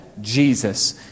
Jesus